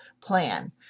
plan